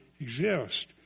exist